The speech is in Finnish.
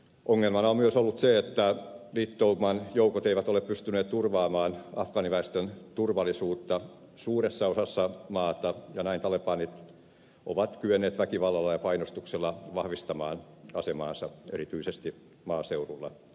ongelmana on myös ollut se että liittouman joukot eivät ole pystyneet turvaamaan afgaaniväestön turvallisuutta suuressa osassa maata ja näin talebanit ovat kyenneet väkivallalla ja painostuksella vahvistamaan asemaansa erityisesti maaseudulla